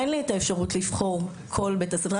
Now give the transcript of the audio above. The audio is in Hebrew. אין לי את האפשרות לבחור את כל בית הספר,